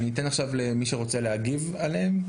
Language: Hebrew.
אני אתן עכשיו למי שרוצה להגיב עליהם.